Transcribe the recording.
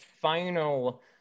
final